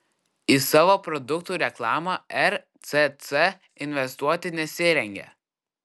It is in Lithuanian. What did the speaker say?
į savo produktų reklamą rcc investuoti nesirengia